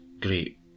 great